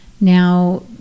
Now